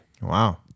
Wow